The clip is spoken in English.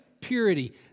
Purity